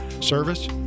service